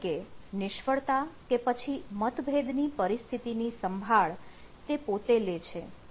એટલે કે નિષ્ફળતા કે પછી મતભેદ ની પરિસ્થિતિ ની સંભાળ તેઓ પોતે લે છે